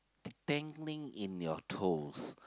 tingling in your toes